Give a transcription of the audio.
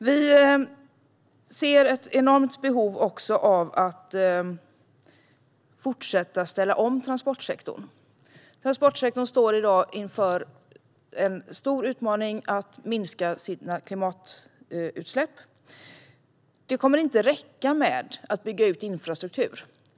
Vi ser också ett enormt behov av att fortsätta att ställa om transportsektorn. Transportsektorn står i dag inför en stor utmaning att minska sina klimatutsläpp. Det kommer inte att räcka med att bygga ut infrastruktur.